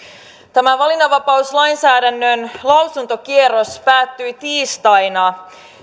tämä valinnanvapauslainsäädännön lausuntokierros päättyi tiistaina